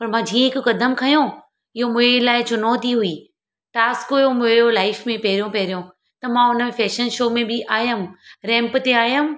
पर मां जीअं हिकु क़दमु खयो इहो मुंहिंजे लाइ चुनौती हुई टास्क हुयो मुंहिंजो लाइफ में पहिरियों पहिरियों त मां उन फैशन शो में बि आयमि रैंप ते आयमि